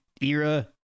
era